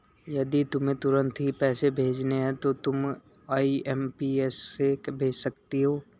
यदि तुम्हें तुरंत ही पैसे भेजने हैं तो तुम आई.एम.पी.एस से भेज सकती हो